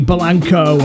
Blanco